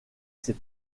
ses